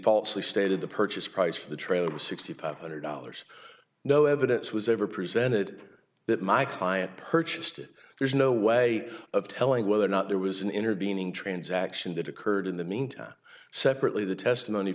falsely stated the purchase price for the trail of sixty five hundred dollars no evidence was ever presented that my client purchased it there's no way of telling whether or not there was an intervening transaction that occurred in the meantime separately the testimony